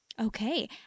Okay